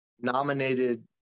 nominated